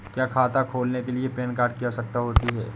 क्या खाता खोलने के लिए पैन कार्ड की आवश्यकता होती है?